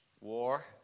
war